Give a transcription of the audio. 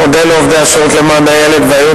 מודה לעובדי השירות למען הילד ולייעוץ